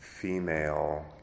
Female